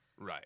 right